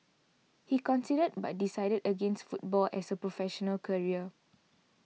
he considered but decided against football as a professional career